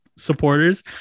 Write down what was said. Supporters